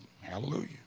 hallelujah